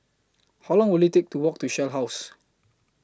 How Long Will IT Take to Walk to Shell House